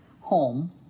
home